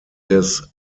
des